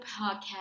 podcast